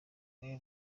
hamwe